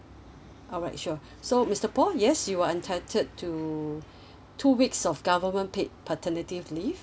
alright sure so mister paul yes you are entitled to two weeks of government paid paternity leave